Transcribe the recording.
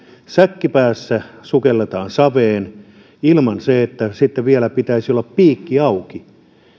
säkki päässä sukelletaan saveen ja sitten vielä pitäisi olla piikki auki